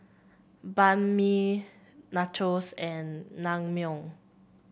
Banh Mi Nachos and Naengmyeon